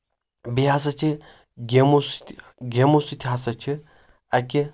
بیٚیہِ ہسا چھِ گیمو سۭتۍ گیمو سۭتۍ ہسا چھِ اَکہِ